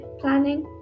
planning